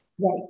Right